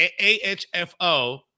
AHFO